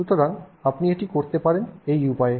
সুতরাং আপনি এটি করতে পারেন এই উপায়ে